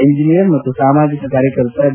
engineer ಹಾಗೂ ಸಾಮಾಜಿಕ ಕಾರ್ಯಕರ್ತ ಬಿ